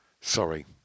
Sorry